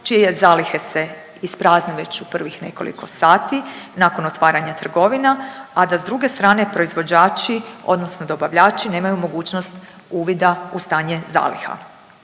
čije zalihe se isprazne već u prvih nekoliko sati nakon otvaranja trgovina, a da s druge strane proizvođači odnosno dobavljači nemaju mogućnost uvida u stanje zaliha.